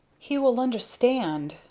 he will understand!